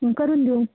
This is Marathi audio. करून देऊ